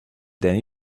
than